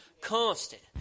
constant